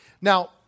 Now